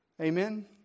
Amen